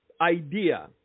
idea